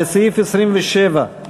לסעיף 27,